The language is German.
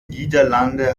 niederlande